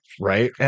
Right